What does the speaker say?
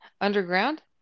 underground